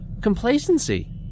complacency